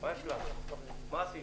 הישיבה ננעלה בשעה